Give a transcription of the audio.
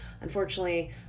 Unfortunately